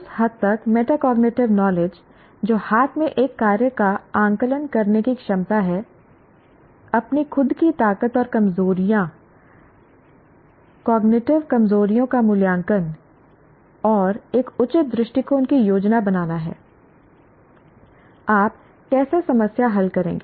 उस हद तक मेटाकोग्निटिव नॉलेज जो हाथ में एक कार्य का आकलन करने की क्षमता है अपनी खुद की ताकत और कमजोरियों कोग्निटिव कमजोरियों का मूल्यांकन और एक उचित दृष्टिकोण की योजना बनाना है आप कैसे समस्या हल करेंगे